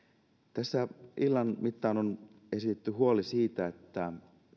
tässä illan mittaan on esitetty huoli siitä että